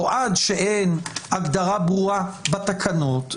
או עד שאין הגדרה ברורה בתקנות,